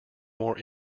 more